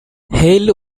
hale